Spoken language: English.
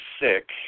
sick